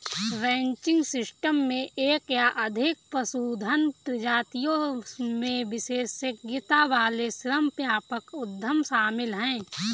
ranching system में एक या अधिक पशुधन प्रजातियों में विशेषज्ञता वाले श्रम व्यापक उद्यम शामिल हैं